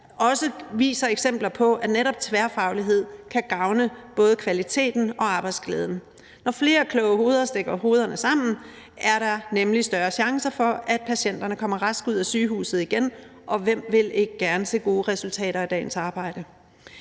tværs, eksempler på, at netop tværfaglighed kan gavne både kvaliteten og arbejdsglæden. Når flere kloge hoveder stikker hovederne sammen, er der nemlig større chancer for, at patienterne kommer raske ud af sygehuset igen, og hvem vil ikke gerne se gode resultater af dagens arbejde?